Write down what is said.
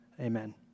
amen